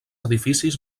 edificis